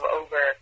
over